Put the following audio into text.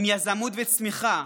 עם יזמות וצמיחה.